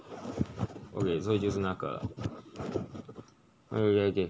okay 所以就是那个